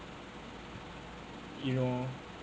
you know